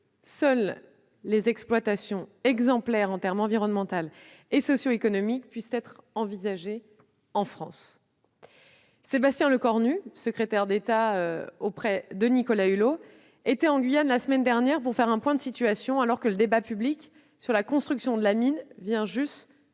seules des exploitations exemplaires en termes environnementaux et socio-économiques [puissent] être envisagées en France ». Sébastien Lecornu, secrétaire d'État auprès de Nicolas Hulot, était en Guyane la semaine dernière pour faire un point de situation, alors que le débat public sur la construction de la mine vient juste